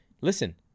Listen